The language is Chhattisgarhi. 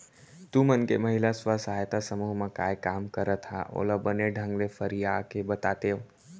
तुमन के महिला स्व सहायता समूह म काय काम करत हा ओला बने ढंग ले फरिया के बतातेव?